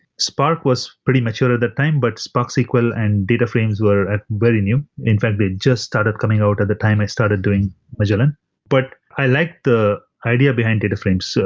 spark was pretty mature at that time, but spark sql and data frames were very new. in fact, they just started coming out at the time i started doing magellan but i liked the idea behind data frames. so